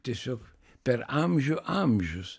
tiesiog per amžių amžius